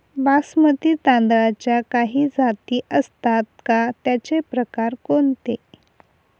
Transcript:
बासमती तांदळाच्या काही जाती असतात का, त्याचे प्रकार कोणते?